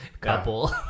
couple